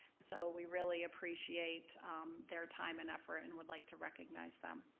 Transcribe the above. so, we really appreciate their time and effort and would like to recognize them.